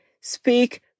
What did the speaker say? speak